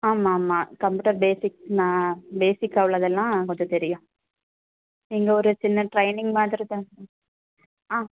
ஆமாம் ஆமாம் computer basic நான் பேசிக்காக உள்ளதெல்லாம் கொஞ்சம் தெரியும் இங்கே ஒரு சின்ன ட்ரைனிங் மாதிரி தான் ஆ